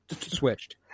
switched